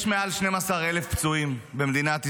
יש מעל 12,000 פצועים במדינת ישראל,